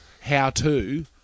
how-to